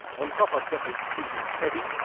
on top i've got a tv teddy,